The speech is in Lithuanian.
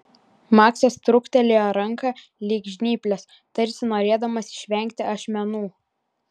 maksas trūktelėjo ranką lyg žnyples tarsi norėdamas išvengti ašmenų